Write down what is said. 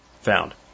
found